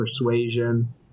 persuasion